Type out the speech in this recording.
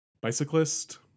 bicyclist